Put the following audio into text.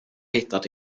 hittat